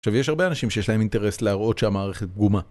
עכשיו יש הרבה אנשים שיש להם אינטרס להראות שהמערכת פגומה